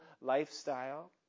lifestyle